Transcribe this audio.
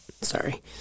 Sorry